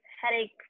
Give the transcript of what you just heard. headache